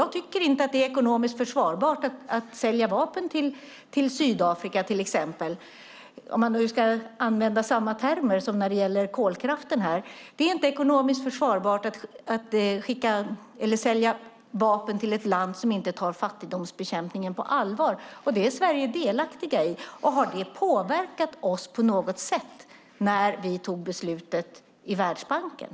Jag tycker inte att det är ekonomiskt försvarbart att sälja vapen till exempelvis Sydafrika. Man kan använda samma termer som när det gäller kolkraften och säga att det inte är ekonomiskt försvarbart att sälja vapen till ett land som inte tar fattigdomsbekämpningen på allvar. Det är Sverige delaktigt i. Har det påverkat oss på något sätt när vi tog beslutet i Världsbanken?